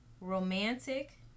romantic